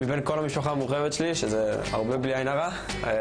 למצוא צעיר או צעירה בני העדה האתיופית